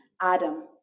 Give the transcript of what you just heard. Adam